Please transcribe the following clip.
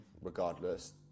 regardless